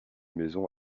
maison